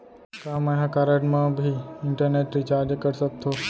का मैं ह कारड मा भी इंटरनेट रिचार्ज कर सकथो